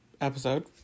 episode